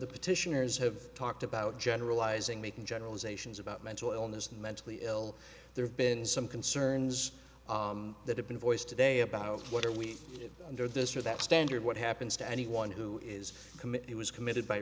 the petitioners have talked about generalizing making generalizations about mental illness and mentally ill there have been some concerns that have been voiced today about what are we under this or that standard what happens to anyone who is commit was committed by